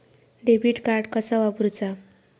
Debit card कसा वापरुचा?